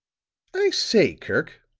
i say, kirk,